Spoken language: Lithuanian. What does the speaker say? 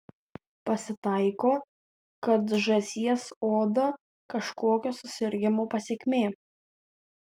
pasitaiko kad žąsies oda kažkokio susirgimo pasekmė